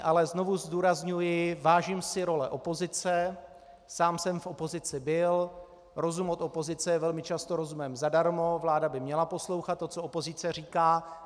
Ale znovu zdůrazňuji, vážím si role opozice, sám jsem v opozici byl, rozum od opozice je velmi často rozumem zadarmo, vláda by měla poslouchat to, co opozice říká.